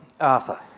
Arthur